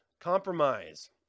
compromise